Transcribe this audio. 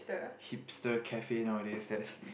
hipster cafe nowadays that